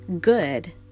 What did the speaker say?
good